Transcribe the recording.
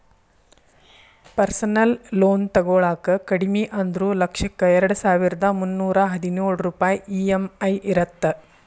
personal loan ತೊಗೊಳಾಕ ಕಡಿಮಿ ಅಂದ್ರು ಲಕ್ಷಕ್ಕ ಎರಡಸಾವಿರ್ದಾ ಮುನ್ನೂರಾ ಹದಿನೊಳ ರೂಪಾಯ್ ಇ.ಎಂ.ಐ ಇರತ್ತ